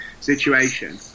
situation